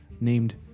named